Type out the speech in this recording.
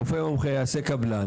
רופא מומחה יעשה קבלן,